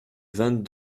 vingt